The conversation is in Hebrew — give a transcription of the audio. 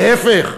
להפך,